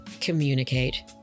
Communicate